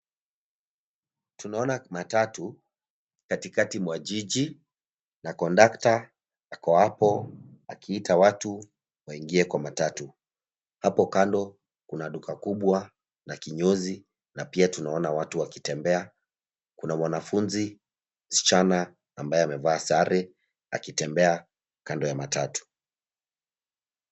Tunaona matatu katikati mwa jiji na kondakta ako hapo akiita watu waingie kwa matatu. Hapo kando kuna duka kubwa na kinyozi na pia tunaona watu wakitembea. Kuna mwanafunzi msichana ambaye amevaa sare akitembea kando ya matatu.